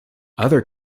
other